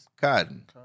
Cotton